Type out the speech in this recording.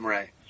Right